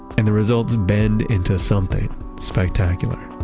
and the results bend into something spectacular